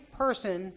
person